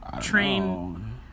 train